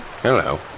Hello